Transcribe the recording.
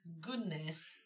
goodness